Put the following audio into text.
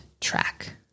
track